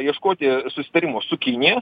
ieškoti susitarimo su kinija